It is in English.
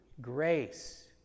grace